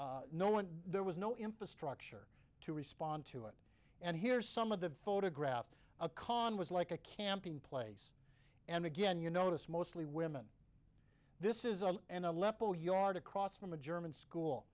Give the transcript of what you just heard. no one there was no infrastructure to respond to it and here's some of the photographs a con was like a camping place and again you notice mostly women this is a and aleppo yard a cross from a german school